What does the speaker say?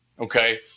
okay